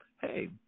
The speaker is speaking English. hey